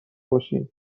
باشین